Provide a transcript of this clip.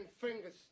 fingers